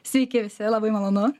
sveiki visi labai malonu